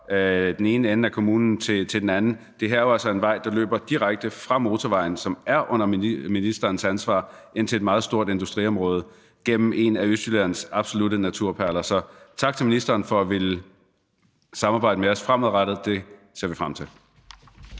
den ene ende af kommunen til den anden. Det her er jo altså en vej, der løber direkte fra motorvejen, som er på ministerens ansvarsområde, og ind til et meget stort industriområde gennem en af Østjyllands absolutte naturperler. Så tak til ministeren for at ville samarbejde med os fremadrettet. Det ser vi frem til.